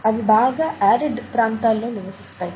అవి బాగా అరిడ్ ప్రాంతాల్లో నివసిస్తాయి